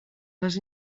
les